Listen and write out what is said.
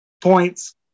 points